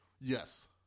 Yes